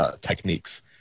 Techniques